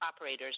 operators